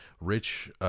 Rich